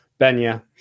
Benya